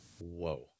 Whoa